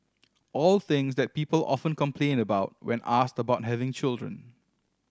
all things that people often complain about when asked about having children